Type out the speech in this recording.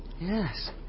Yes